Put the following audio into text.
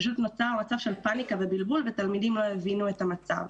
פשוט נוצר מצב של פניקה ובלבול ותלמידים לא הבינו את המצב.